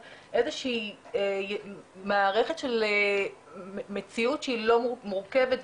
מערכת של מציאות שהיא מורכבת,